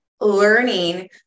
learning